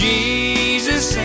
Jesus